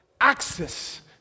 access